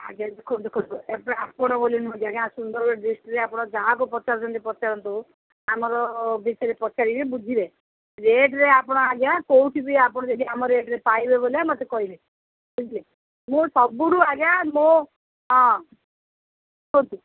ଆଜ୍ଞା ଦେଖନ୍ତୁ ଦେଖନ୍ତୁ ଏବେ ଆପଣ ବୋଲି ନୁହଁନ୍ତି ଆଜ୍ଞା ସୁନ୍ଦରଗଡ଼ ଡିଷ୍ଟ୍ରିକ୍ଟରେ ଆପଣ ଯାହାକୁ ପଚାରୁଛନ୍ତି ପଚାରନ୍ତୁ ଆମର ବିଷୟରେ ପଚାରିବେ ବୁଝିବେ ରେଟ୍ରେ ଆପଣ ଆଜ୍ଞା କୋଉଠି ବି ଆପଣ ଯଦି ଆମ ରେଟ୍ରେ ପାଇବେ ବୋଲେ ମୋତେ କହିବେ ବୁଝିଲେ ମୁଁ ସବୁଠୁ ଆଜ୍ଞା ମୋ ହଁ କୁହନ୍ତୁ